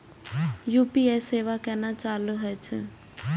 UPI सेवा केना चालू है छै?